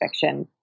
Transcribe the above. fiction